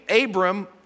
Abram